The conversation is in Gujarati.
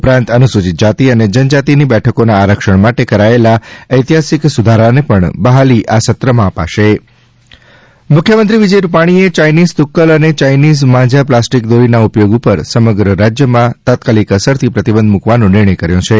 ઉપરાંત અનુસૂચિત જાતિ અને જનજાતિની બેઠકોના આરક્ષણ માટેના કરાયેલા ઐતિહાસિક સુધારાને પણ બહાલી આ સત્ર માં અપાશે યાઇનિઝ દોરી પ્રતિબંધ મુખ્ય મંત્રી વિજય રૂપાણી એ યાઈનીઝ તુક્કલ અને યાઈનીઝ માંઝા પ્લાસ્ટિક દોરીના ઉપયોગ ઉપર સમગ્ર રાજ્યમાં તાત્કાલિક અસર થી પ્રતિબંધ મૂકવાનો નિર્ણય કર્યો છે